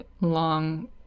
long